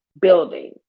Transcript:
building